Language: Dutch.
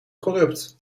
corrupt